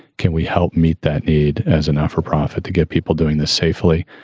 can we help meet that need as enough for profit to get people doing this safely,